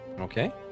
Okay